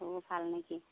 অ' ভাল নেকি